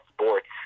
Sports